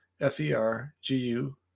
f-e-r-g-u